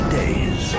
days